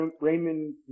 Raymond